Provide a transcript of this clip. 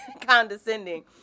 condescending